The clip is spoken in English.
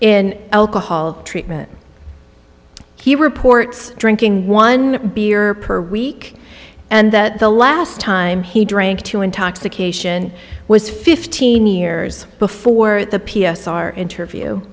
in alcohol treatment he reports drinking one beer per week and that the last time he drank to intoxication was fifteen years before the p s r interview